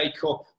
Cup